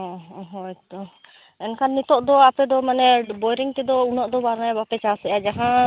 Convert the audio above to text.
ᱚᱸᱻ ᱦᱚ ᱦᱳᱭᱛᱚ ᱮᱱᱠᱷᱟᱱ ᱱᱤᱛᱳᱜ ᱫᱚ ᱟᱯᱮ ᱫᱚ ᱢᱟᱱᱮ ᱵᱳᱭᱨᱤᱝ ᱛᱮᱫᱚ ᱩᱱᱟᱹᱜ ᱫᱚ ᱵᱟᱝᱟ ᱵᱟᱯᱮ ᱪᱟᱥᱮᱜᱼᱟ ᱡᱟᱦᱟᱸ